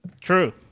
True